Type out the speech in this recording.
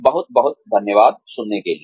बहुत बहुत धन्यवाद सुनने के लिए